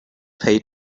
pay